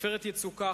"עופרת יצוקה",